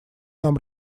нам